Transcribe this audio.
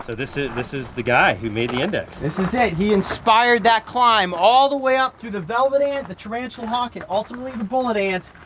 this is this is the guy who made the index. this is him, he inspired that climb all the way ah through the velvet ant, the tarantula hawk and ultimately the bullet ant.